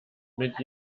mit